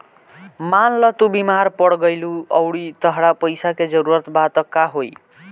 मान ल तू बीमार पड़ गइलू अउरी तहरा पइसा के जरूरत बा त का होइ